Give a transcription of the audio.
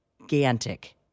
gigantic